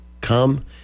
come